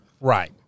right